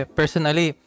personally